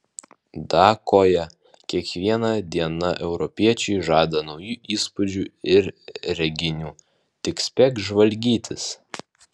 dakoje kiekviena diena europiečiui žada naujų įspūdžių ir reginių tik spėk žvalgytis